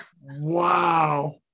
Wow